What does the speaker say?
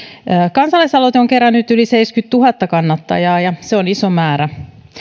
aloite on kerännyt yli seitsemänkymmentätuhatta kannattajaa ja se on iso määrä